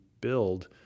build